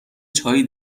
چایی